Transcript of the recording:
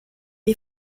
est